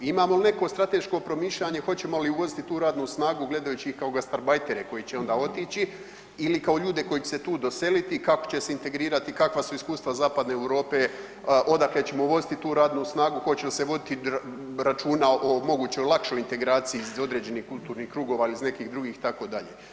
Imamo li neko strateško promišljanje hoćemo li uvoziti tu radnu snagu gledajući kao gastarbajtere koji će onda otići ili kao ljude koji će se tu doseliti, kako će se integrirati, kakva su iskustva Zapadne Europe, odakle ćemo uvoziti tu radnu snagu, hoće li se voditi računa o mogućoj lakšoj integraciji iz određenih kulturnih krugova ili iz nekih drugih itd.